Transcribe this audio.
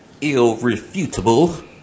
irrefutable